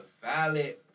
valid